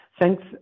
thanks